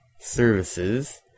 services